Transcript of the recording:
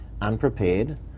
unprepared